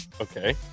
Okay